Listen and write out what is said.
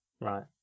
right